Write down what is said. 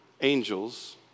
angels